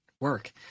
work